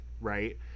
right